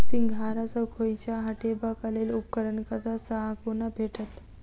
सिंघाड़ा सऽ खोइंचा हटेबाक लेल उपकरण कतह सऽ आ कोना भेटत?